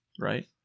right